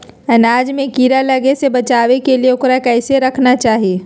अनाज में कीड़ा लगे से बचावे के लिए, उकरा कैसे रखना चाही?